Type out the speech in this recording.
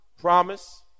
promise